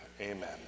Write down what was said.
amen